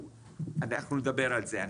אנחנו נדבר על זה.